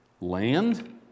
land